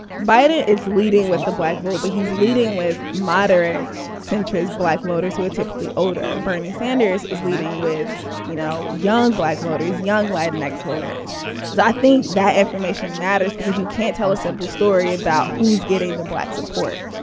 biden is leading with the black vote, but he's leading with moderate centrist black voters who are typically older. bernie sanders is leading with, you know, young black voters, young lad, and next voters. so i think that information matters because you can't tell a simple story about who's getting the black support.